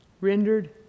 Rendered